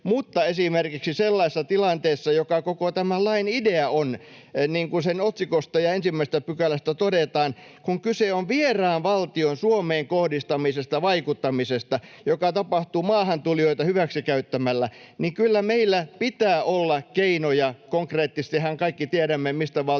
mutta esimerkiksi sellaisessa tilanteessa, joka koko tämän lain idea on, niin kuin sen otsikossa ja 1 §:ssä todetaan, kun kyse on vieraan valtion Suomeen kohdistamasta vaikuttamisesta, joka tapahtuu maahantulijoita hyväksikäyttämällä, niin kyllä meillä pitää olla keinoja — konkreettisestihan me kaikki tiedämme, mistä valtiosta